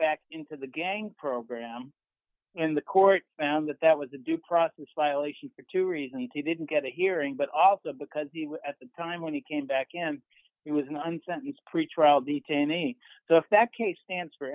back into the gang program and the court found that that was a due process violation for two reasons he didn't get a hearing but also because the at the time when he came back and he was not on sentence pretrial detainee the if that case stands for